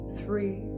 three